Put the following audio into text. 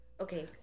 Okay